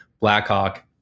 Blackhawk